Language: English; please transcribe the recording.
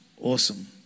awesome